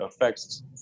affects